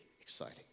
exciting